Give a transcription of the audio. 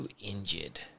injured